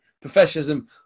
professionalism